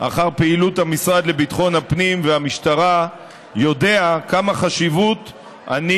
אחר הפעילות של משרד ביטחון הפנים והמשטרה יודע כמה חשיבות אני